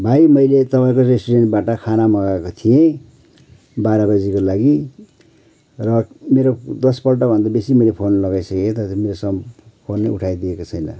भाइ मैले तपाईँको रेस्टुरेन्टबाट खाना मगाएको थिएँ बाह्र बजीको लागी र मेरो दसपल्टभन्दा बेसी मैले फोन लगाइसकेँ है तर मेरो सम फोनै उठाइदिएको छैन